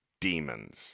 demons